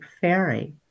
fairy